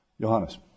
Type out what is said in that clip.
Johannes